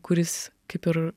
kuris kaip ir